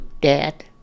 dad